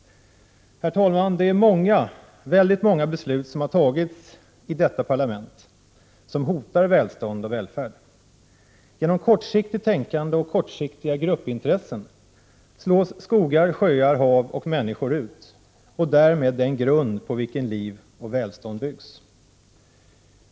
Herr talman! Många beslut som tagits i detta parlament hotar välstånd och välfärd. På grund av kortsiktigt tänkande och kortsiktiga gruppintressen slås skogar, sjöar, hav och människor ut — och därmed den grund på vilken liv och välstånd byggs.